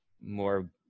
more